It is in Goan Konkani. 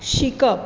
शिकप